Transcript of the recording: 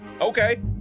Okay